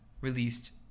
released